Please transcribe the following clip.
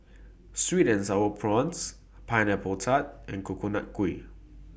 Sweet and Sour Prawns Pineapple Tart and Coconut Kuih